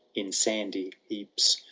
in sandy heaps.